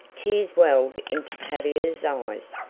tears welled into tavia's eyes.